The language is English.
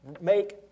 make